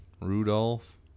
Rudolph